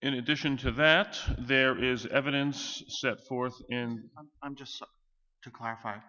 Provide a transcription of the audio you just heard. in addition to that there is evidence set forth and i'm just to clarify